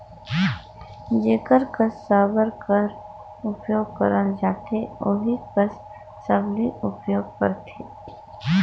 जेकर कस साबर कर उपियोग करल जाथे ओही कस सबली उपियोग करथे